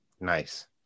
nice